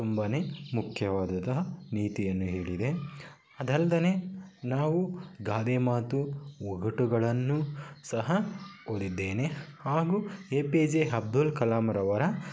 ತುಂಬಾ ಮುಖ್ಯವಾದ ನೀತಿಯನ್ನು ಹೇಳಿದೆ ಅದಲ್ದೆ ನಾವು ಗಾದೆ ಮಾತು ಒಗಟುಗಳನ್ನು ಸಹ ಓದಿದ್ದೇನೆ ಹಾಗೂ ಎ ಪೆ ಜೆ ಅಬ್ದುಲ್ ಕಲಾಮ್ರವರ